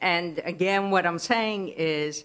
and again what i'm saying is